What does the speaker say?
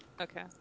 Okay